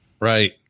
Right